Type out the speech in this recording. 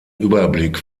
überblick